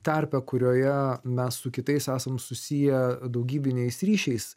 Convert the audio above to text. tarpę kurioje mes su kitais esam susiję daugybiniais ryšiais